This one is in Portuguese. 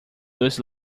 dois